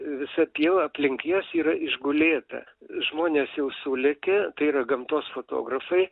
visa pieva aplink jas yra išgulėta žmonės jau sulėkė tai yra gamtos fotografai